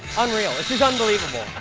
unreal. this is unbelievable.